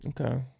Okay